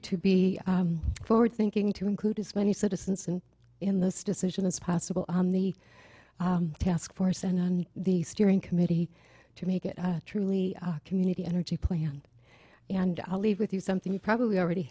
to be forward thinking to include as many citizens in this decision as possible on the task force and on the steering committee to make it truly a community energy plan and i'll leave with you something you probably already